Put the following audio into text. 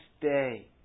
day